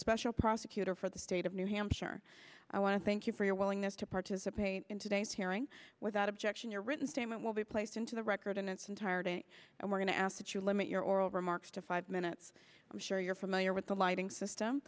special prosecutor for the state of new hampshire i want to thank you for your willingness to participate in today's hearing without objection your written statement will be placed into the record in its entirety and we're going to ask that you limit your oral remarks to five minutes i'm sure you're familiar with the lighting system